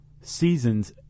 seasons